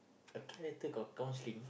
a character got counselling